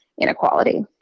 inequality